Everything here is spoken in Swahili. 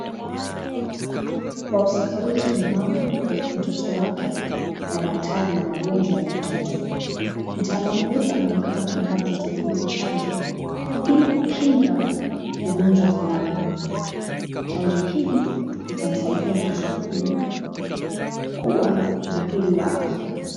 Wahusika wetu ni mama , mtoto wake na daktari wa magonjwa ya watoto. Mtaalamu wetu anaonekana kumpa mtoto huyu chanjo, ili kukinga ugonjwa flani. Chanjo hii, itamsaidia mtoto huyu kuwa buheri wa afya.